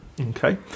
okay